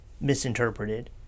misinterpreted